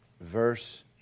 verse